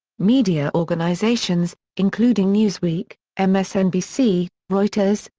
media organizations, including newsweek, ah msnbc, reuters,